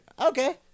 Okay